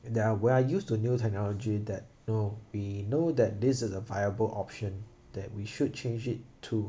there are we are used to new technology that you know we know that this is a viable option that we should change it to